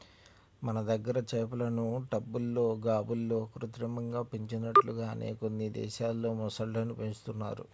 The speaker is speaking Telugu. మన దగ్గర చేపలను టబ్బుల్లో, గాబుల్లో కృత్రిమంగా పెంచినట్లుగానే కొన్ని దేశాల్లో మొసళ్ళను పెంచుతున్నారు